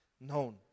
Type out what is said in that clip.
known